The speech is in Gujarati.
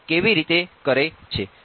તેથી તેઓ કેવી રીતે કરે છે